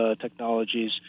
technologies